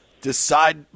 decide